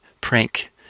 prank